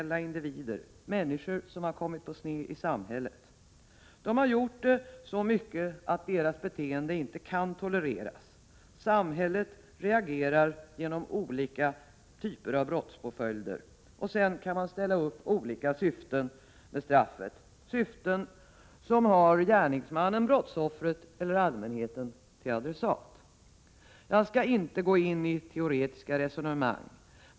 1987/88:61 människor som har kommit på sned i samhället. De har gjort det i så stor - 3 februari 1988 utsträckning att deras beteende inte kan tolereras, och samhället reagerar genom olika typer av brottspåföljder. Sedan kan man ställa upp olika syften med straffet, syften som har gärningsmannen, brottsoffret eller allmänheten till adressat. Jag skallinte gå ini teoretiska resonemang.